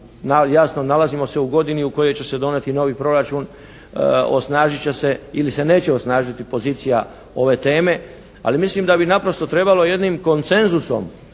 jasno nalazimo se u godini u kojoj će se donijeti novi proračun, osnažit će se ili se neće osnažiti pozicija ove teme. Ali mislim da bi naprosto trebalo jednim koncenzusom